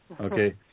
Okay